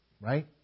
right